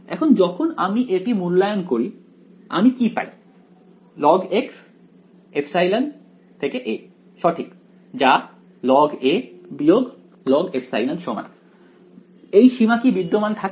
এখন যখন আমি এটি মূল্যায়ন করি আমি কি পাই logεa সঠিক যা log logε সমান এই সীমা কি বিদ্যমান থাকে